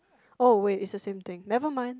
oh wait its the same thing never mind